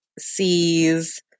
sees